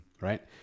right